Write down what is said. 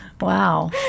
Wow